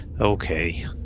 Okay